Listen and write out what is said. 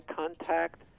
contact